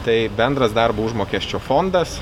tai bendras darbo užmokesčio fondas